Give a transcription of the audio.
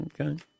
Okay